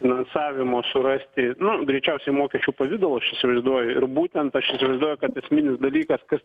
finansavimo surasti greičiausiai mokesčių pavidalu aš įsivaizduoju ir būtent aš įsivaizduoju kad esminis dalykas kas